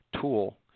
tool